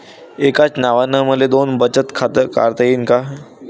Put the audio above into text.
एकाच नावानं मले दोन बचत खातं काढता येईन का?